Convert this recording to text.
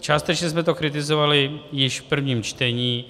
Částečně jsme to kritizovali již v prvním čtení.